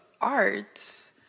arts